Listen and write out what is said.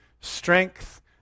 strength